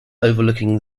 overlooking